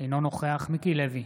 אינו נוכח מיקי לוי,